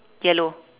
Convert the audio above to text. yellow